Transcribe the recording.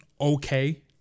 okay